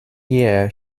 year